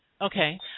Okay